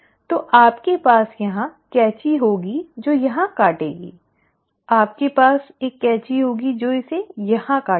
तो आपके पास यहां कैंची होगी जो यहां काटेगी आपके पास एक कैंची होगी जो इसे यहां काटेगा